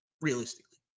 realistically